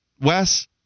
Wes